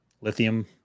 lithium